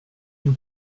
nous